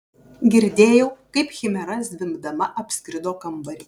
girdėjau kaip chimera zvimbdama apskrido kambarį